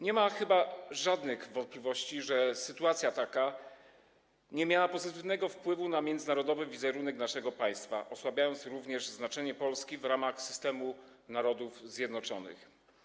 Nie ma chyba żadnych wątpliwości, że sytuacja taka nie miała pozytywnego wpływu na międzynarodowy wizerunek naszego państwa, osłabiła również znaczenie Polski w ramach systemu Narodów Zjednoczonych.